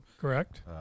Correct